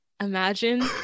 Imagine